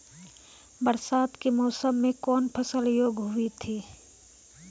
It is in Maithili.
बरसात के मौसम मे कौन फसल योग्य हुई थी?